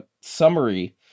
summary